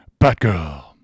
Batgirl